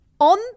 on